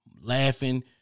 laughing